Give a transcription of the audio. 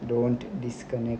don't disconnect